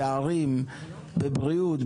פערים בבריאות,